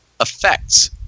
effects